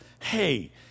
Hey